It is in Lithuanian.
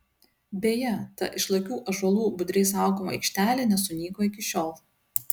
beje ta išlakių ąžuolų budriai saugoma aikštelė nesunyko iki šiol